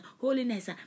holiness